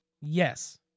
yes